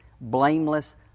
blameless